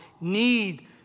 need